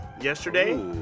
yesterday